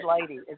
lady